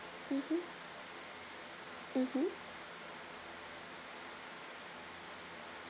mmhmm mmhmm